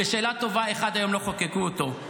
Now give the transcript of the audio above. ושאלה טובה איך עד היום לא חוקקו אותו.